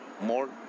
more